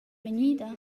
vegnida